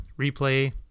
replay